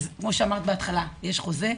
אז כמו שאמרת בהתחלה יש חוזה,